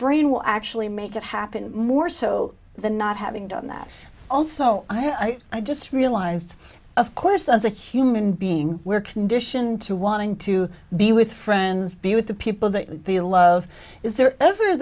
brain will actually make it happen more so than not having done that also i just realized of course as a human being we're conditioned to wanting to be with friends be with the people that the love is there over the